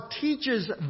teaches